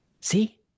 See